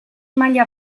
maila